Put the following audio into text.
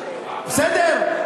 בסדר?